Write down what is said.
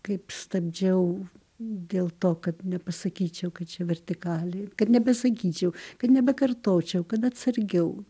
kaip stabdžiau dėl to kad nepasakyčiau kad čia vertikalė kad nebesakyčiau kad nebekartočiau kad atsargiau